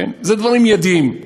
זה דברים מיידיים,